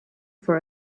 for